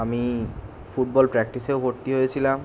আমি ফুটবল প্র্যাকটিসেও ভর্তি হয়েছিলাম